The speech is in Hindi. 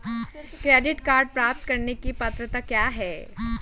क्रेडिट कार्ड प्राप्त करने की पात्रता क्या है?